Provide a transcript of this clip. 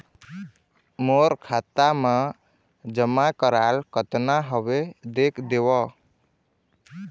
मोर खाता मा जमा कराल कतना हवे देख देव?